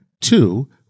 two